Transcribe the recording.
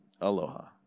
Aloha